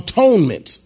Atonement